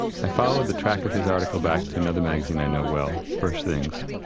i followed the track of his article back to another magazine i know well, first things.